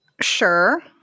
Sure